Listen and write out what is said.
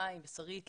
חיים ושרית.